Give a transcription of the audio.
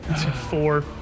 Four